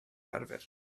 arfer